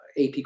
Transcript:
AP